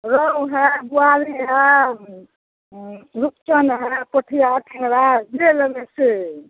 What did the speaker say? रहु हए बुआरी हए रुच्चन हए पोठिआ टेङरा जे लेबै से